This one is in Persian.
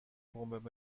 پمپ